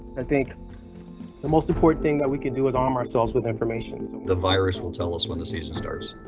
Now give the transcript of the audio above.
i think the most important thing that we can do is arm ourselves with information. the virus will tell us when the season starts.